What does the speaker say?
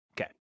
Okay